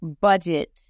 budget